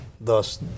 Thus